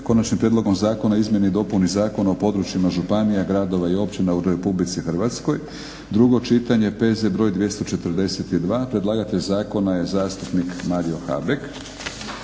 - Prijedlog Zakona o izmjeni i dopuni Zakona o područjima županija, gradova i općina u Republici Hrvatskoj, prvo čitanje, P.Z. br. 276 Predlagateljica zakona je zastupnica Dragica